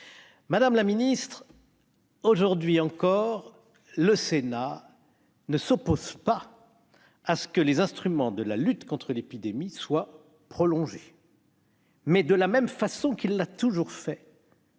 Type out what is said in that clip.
Madame la ministre, aujourd'hui encore, le Sénat ne s'oppose pas à ce que les instruments de la lutte contre l'épidémie soient prolongés. Mais de la même façon qu'il l'a toujours fait,